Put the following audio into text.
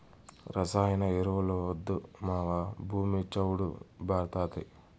రసాయన ఎరువులొద్దు మావా, భూమి చౌడు భార్డాతాది